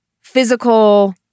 physical-